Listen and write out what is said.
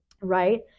right